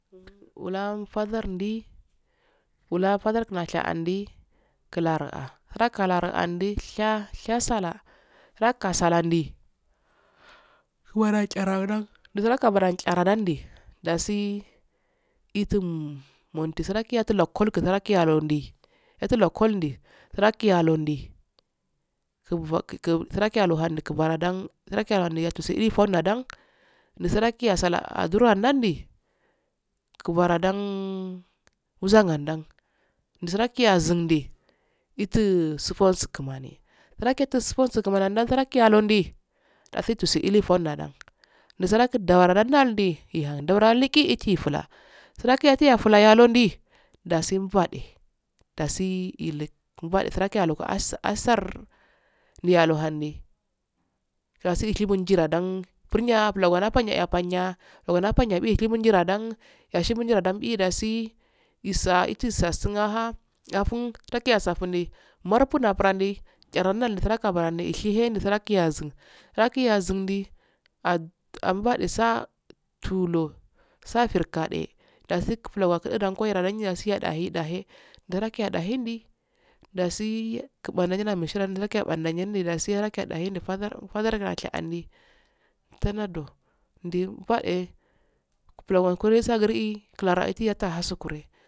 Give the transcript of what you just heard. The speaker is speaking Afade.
Um wala fasar ndi wala fasar kun shi andklaru ah la kara liah sha shasala lukkasulandi wara chare ran dugram charandi dasi itun munti sranki oti lokodu arondi yandi lokodi ndi ranki alu ndi sufko grahki alu ndi ha kafan dan srak kuf kafaran dan sraki si illfon ladan srank asala adroah landi kufara dan n masa andan sraki azumdi itu sufo sun kumani sraki sufuso kamani du ndi dasi asi difon andan sraki dawara landi ehan daura liki itiflan sraki iti fllin ndandi dasi mbuwafe das ilik sraku alu di ka ashar ashar wiyalu hunde dasi yibu ndi ladan furinya plago planya apanya opalanya do ochibundi ladan yashi indi ladan eh dasi gisa a jish isu asun wa ha afun kaki asfungi marp aoran di chara urandi sra kaprandiishe he sranki zumno kaki azumdi ah akki sa tulu sa frigade dasi gla akusi ka heda dasi dahe dahe ndaraki dahe ndi dasi kumani nanusha nda ka bandanhe nyenedasi harajks ne fasar fasar gore nesha oili tanaddo ndu fa- ed balo algo do so akiri eeh klara ta aeh sukuri.